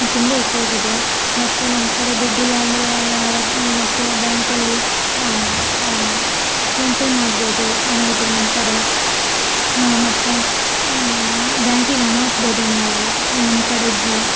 ತುಂಬ ಉಪಯೋಗಿದೆ ಮತ್ತು ನಮ್ಮಕಡೆ ದುಡ್ಡಿಲ್ಲ ಅಂದರೆ ಯಾರದು ಮತ್ತು ಬ್ಯಾಂಕಲ್ಲಿ ಫೋನ್ ಪೇ ಮಾಡ್ಬೋದು ಹಣ ಇದ್ರೆ ನಮ್ಮಕಡೆ ಮತ್ತು ಬ್ಯಾಂಕಿಂಗ್ ಹಣ ಹಾಕ್ಬೌದು ನಾವು ನಮ್ಮಕಡೆ ಇದ್ಲೆ